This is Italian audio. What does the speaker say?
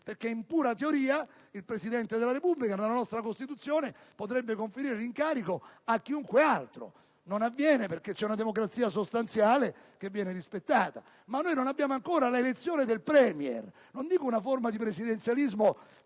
che in pura teoria il Presidente della Repubblica, secondo la nostra Costituzione, potrebbe conferire l'incarico a chiunque altro; non avviene perché c'è una democrazia sostanziale che viene rispettata, ma noi non abbiamo ancora l'elezione del *Premier*, non dico una forma di presidenzialismo